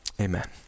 Amen